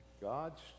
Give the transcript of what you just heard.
god's